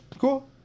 Cool